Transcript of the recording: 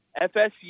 FSU